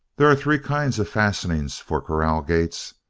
there are three kinds of fastenings for corral gates.